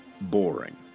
boring